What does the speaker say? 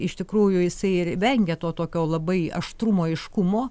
iš tikrųjų jisai ir vengia to tokio labai aštrumo aiškumo